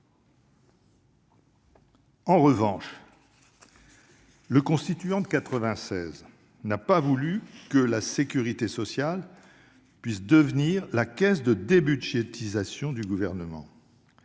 En revanche, le constituant de 1996 n'a pas voulu que la sécurité sociale puisse devenir la caisse de débudgétisation du Gouvernement.